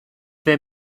the